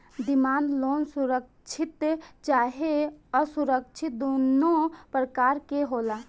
demand loan सुरक्षित चाहे असुरक्षित दुनो प्रकार के होला